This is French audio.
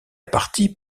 partie